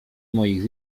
moich